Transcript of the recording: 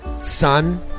son